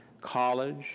college